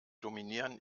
dominieren